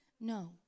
No